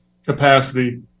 capacity